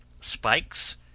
spikes